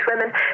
women